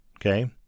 Okay